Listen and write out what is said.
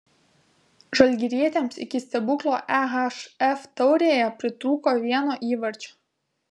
žalgirietėms iki stebuklo ehf taurėje pritrūko vieno įvarčio